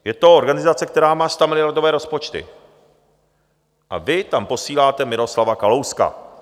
Je to organizace, která má stamiliardové rozpočty, a vy tam posíláte Miroslava Kalouska.